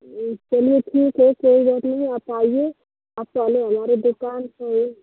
चलिए ठीक है कोई बात नहीं आप आइए आप पहले हमारे दुकान पे